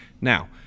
Now